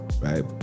right